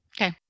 okay